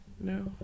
No